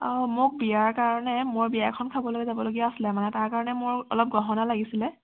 অ' মোক বিয়াৰ কাৰণে মই বিয়া এখন খাবলৈ যাবলগীয়া আছিলে মানে তাৰ কাৰণে মোৰ অলপ গহনা লাগিছিলে